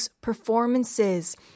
performances